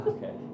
Okay